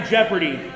Jeopardy